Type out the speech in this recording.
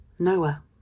Noah